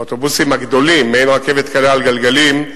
האוטובוסים הגדולים, מעין רכבת קלה על גלגלים,